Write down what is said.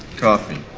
coffee.